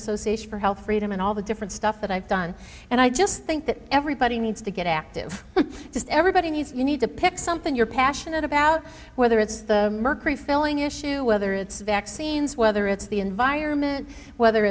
association for health freedom and all the different stuff that i've done and i just think that everybody needs to get active just everybody needs you need to pick something you're passionate about whether it's the mercury filling issue whether it's vaccines whether it's the environment whether